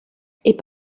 est